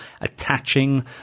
attaching